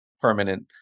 permanent